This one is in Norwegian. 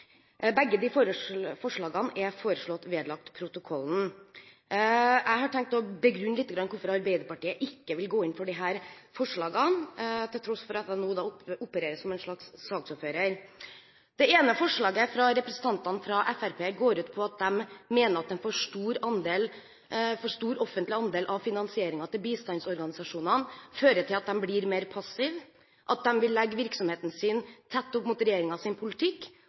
Begge forslagene er foreslått vedlagt protokollen. Jeg har tenkt å begrunne litt hvorfor Arbeiderpartiet ikke vil gå inn for disse forslagene, til tross for at jeg nå opererer som en slags saksordfører. Den ene forslaget fra representantene fra Fremskrittspartiet går ut på at de mener at en for stor offentlig andel av finanseringen til bistandsorganisasjonene fører til at de blir mer passive, at de vil legge virksomheten sin tett opp mot regjeringens politikk,